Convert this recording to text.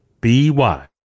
B-Y